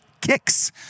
kicks